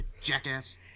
jackass